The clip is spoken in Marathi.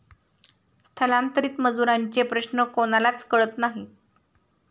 स्थलांतरित मजुरांचे प्रश्न कोणालाच कळत नाही